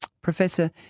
Professor